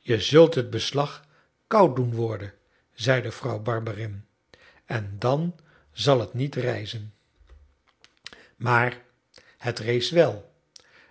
je zult het beslag koud doen worden zeide vrouw barberin en dan zal het niet rijzen maar het rees wel